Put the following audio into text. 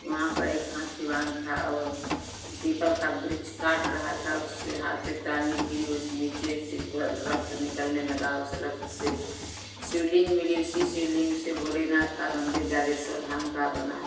वहाँ पे एक हाथीवान था वो पीपल का वृक्ष काट रहा था उससे हाथ से टाँगी गिरी उस नीचे से रक्त निकलने लगा उस रक्त से शिवलिंग मिली उसी शिवलिंग से भोलेनाथ का मंदिर जागेश्वर धाम का बना